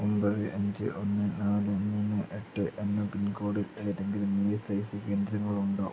ഒമ്പത് അഞ്ച് ഒന്ന് നാല് മൂന്ന് എട്ട് എന്ന പിൻകോഡിൽ ഏതെങ്കിലും ഇ എസ് ഐ സി കേന്ദ്രങ്ങളുണ്ടോ